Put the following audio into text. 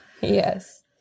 Yes